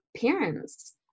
parents